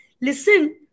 Listen